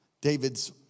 David's